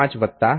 5 વત્તા 0